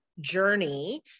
journey